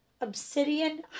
obsidian